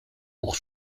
pour